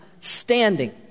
standing